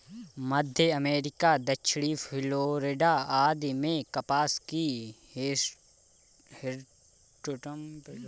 मध्य America, दक्षिणी Florida आदि में कपास की हिर्सुटम प्रजाति पाई जाती है